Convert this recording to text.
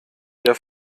der